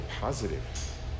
positive